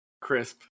Crisp